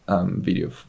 video